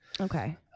Okay